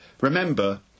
Remember